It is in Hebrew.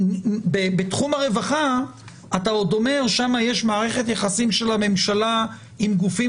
בתחום הרווחה אתה עוד אומר שם יש מערכת יחסים של הממשלה עם גופים